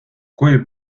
kui